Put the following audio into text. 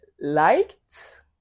liked